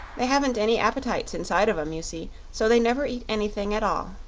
they haven't any appetites inside of em, you see so they never eat anything at all.